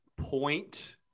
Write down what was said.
point